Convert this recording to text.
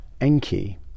Enki